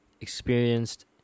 experienced